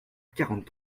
quarante